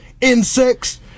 insects